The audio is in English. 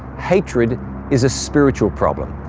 hatred is a spiritual problem.